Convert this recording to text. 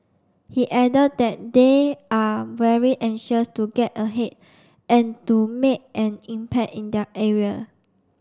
he added that they are very anxious to get ahead and to make an impact in their area